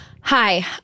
Hi